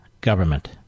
government